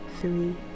three